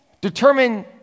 Determine